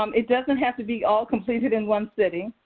um it doesn't have to be all completed in one sitting.